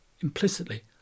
implicitly